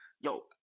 yo